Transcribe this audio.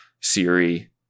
siri